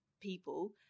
people